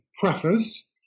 preface